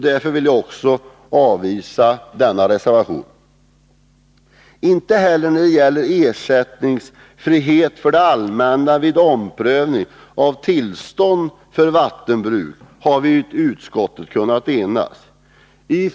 Därför vill jag också yrka avslag på denna reservation. Inte heller när det gäller ersättningsfrihet för det allmänna vid omprövning av tillstånd för vattenbruk har vi i utskottet kunnat enas.